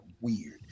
weird